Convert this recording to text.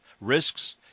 risks